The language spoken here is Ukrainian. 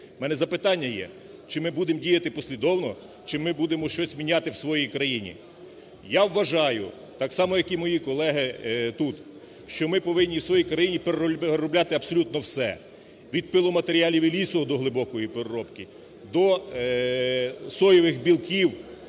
В мене запитання є: чи ми будемо діяти послідовно, чи ми будемо щось міняти в своїй країні. Я вважаю, так само, як і мої колеги тут, що ми повинні в своїй країні переробляти абсолютно все: від пиломатеріалів і лісу до глибокої переробки, до соєвих білків